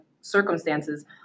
circumstances